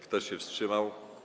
Kto się wstrzymał?